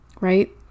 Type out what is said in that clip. Right